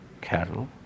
cattle